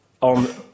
on